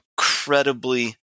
incredibly